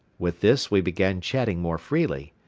with this we began chatting more freely.